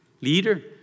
leader